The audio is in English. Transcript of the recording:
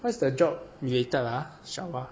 what's the job related ah